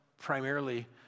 primarily